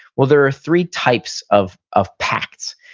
well, there are three types of of pacts.